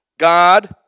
God